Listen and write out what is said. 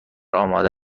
آماده